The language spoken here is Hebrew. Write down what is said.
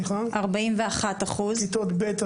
כיתות ה'